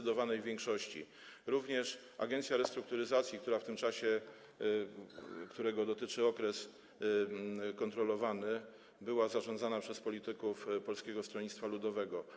Odpowiada za to również agencja restrukturyzacji, która w tym czasie, którego dotyczy okres kontrolowany, była zarządzana przez polityków Polskiego Stronnictwa Ludowego.